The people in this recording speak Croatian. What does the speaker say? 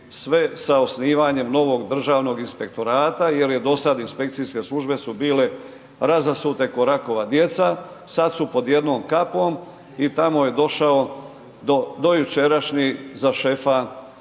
sve sa osnivanjem novog državnog inspektorata jer je do sada inspekcijske službe su bile razasute kao rakova djeca, sada su pod jednom kapom i tamo je došao do jučerašnji za šefa